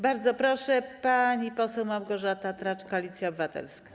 Bardzo proszę, pani poseł Małgorzata Tracz, Koalicja Obywatelska.